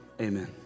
amen